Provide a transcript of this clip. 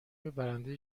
برنده